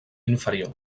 inferior